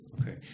okay